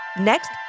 Next